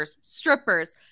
strippers